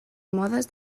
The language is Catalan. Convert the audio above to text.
modes